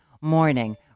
morning